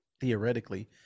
Theoretically